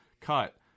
cut